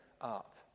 up